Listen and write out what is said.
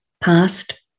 past